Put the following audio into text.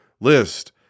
list